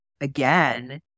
again